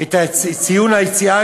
את ציון היציאה,